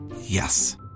Yes